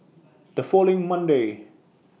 The following Monday